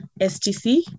STC